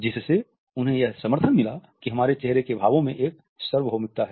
जिससे उन्हें यह समर्थन मिला कि हमारे चेहरे के भावों में एक सार्वभौमिकता है